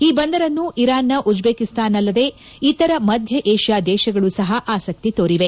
ಈ ಬಂದರನ್ನು ಇರಾನ್ನ ಉಜ್ಬೇಕಿಸ್ತಾನ್ ಅಲ್ಲದೆ ಇತರ ಮಧ್ಯ ಏಷ್ಯಾ ದೇಶಗಳು ಸಹ ಆಸಕ್ತಿ ತೋರಿವೆ